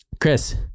chris